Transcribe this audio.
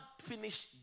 finish